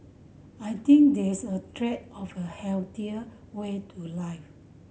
I think there's a trend of a healthier way to life